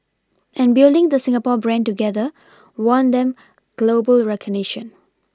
and building the Singapore brand together won them global recognition